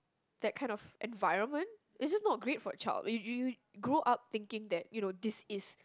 that kind of environment is just not great for a child you you grow up thinking that you know this is